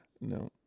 No